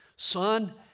Son